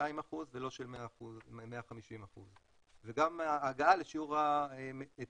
200% ולא של 150%. גם ההגעה לשיעור ההיטל